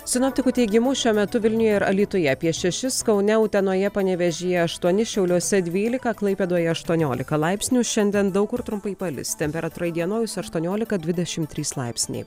sinoptikų teigimu šiuo metu vilniuje ir alytuje apie šešis kaune utenoje panevėžyje aštuoni šiauliuose dvylika klaipėdoje aštuoniolika laipsnių šiandien daug kur trumpai palis temperatūra įdienojus aštuoniolika dvidešimt trys laipsniai